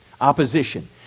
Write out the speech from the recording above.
Opposition